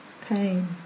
pain